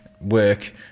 work